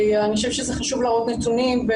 כי אני חושבת שחשוב להראות נתונים.